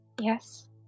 Yes